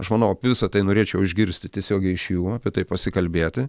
aš manau apie visa tai norėčiau išgirsti tiesiogiai iš jų apie tai pasikalbėti